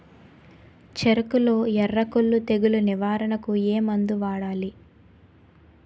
చెఱకులో ఎర్రకుళ్ళు తెగులు నివారణకు ఏ మందు వాడాలి?